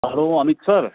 hello Amit sir